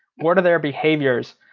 what are their behaviors?